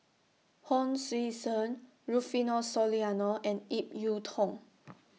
Hon Sui Sen Rufino Soliano and Ip Yiu Tung